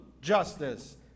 justice